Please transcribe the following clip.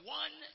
one